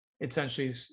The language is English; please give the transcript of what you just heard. essentially